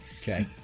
Okay